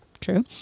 True